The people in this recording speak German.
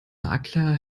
makler